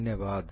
धन्यवाद